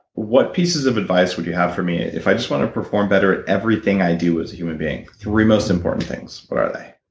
what pieces of advice would you have for me if i just want to perform better at everything i do as a human being? three most important things, what are they?